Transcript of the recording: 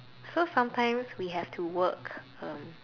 so sometimes we have to work um